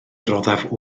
roddaf